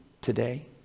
today